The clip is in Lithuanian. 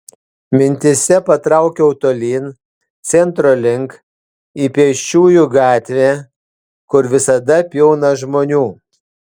mintyse patraukiau tolyn centro link į pėsčiųjų gatvę kur visada pilna žmonių